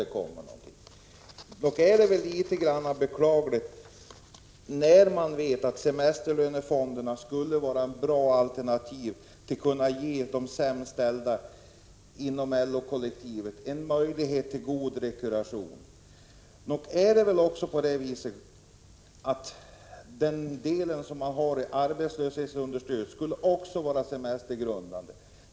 Nog är väl det beklagligt, när man vet att semesterfonder skulle innebära en bra möjlighet att ge de sämst ställda inom LO-kollektivet en god rekreation. Vidare borde arbetslöshetsunderstöd också vara semestergrundande.